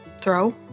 throw